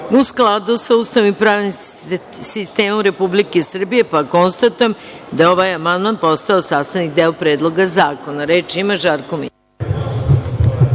u skladu sa Ustavom i pravnim sistemom Republike Srbije. Konstatujem da je ovaj amandman postao sastavni deo Predloga zakona. Reč ima Žarko